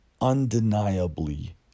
undeniably